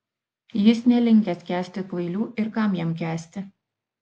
jis nelinkęs kęsti kvailių ir kam jam kęsti